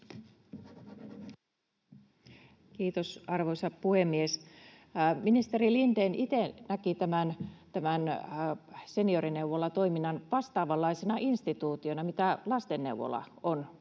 Kiitos, arvoisa puhemies! Ministeri Lindén itse näki tämän seniorineuvolatoiminnan vastaavanlaisena instituutiona, mitä lastenneuvola on